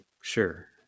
Sure